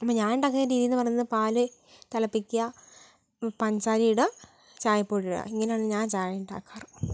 ഇപ്പോൾ ഞാൻ ഉണ്ടാക്കുന്ന രീതീന്ന് പറയുന്നത് പാൽ തിളപ്പിക്കുക പഞ്ചസാര ഇടാം ചായപ്പൊടി ഇടുക ഇങ്ങനെയാണ് ഞാൻ ചായ ഉണ്ടാക്കാറ്